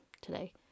today